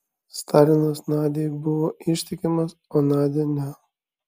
stalinas nadiai buvo ištikimas o nadia ne